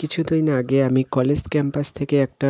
কিছুদিন আগে আমি কলেজ ক্যাম্পাস থেকে একটা